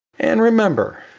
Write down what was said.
and remember,